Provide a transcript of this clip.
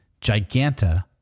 Giganta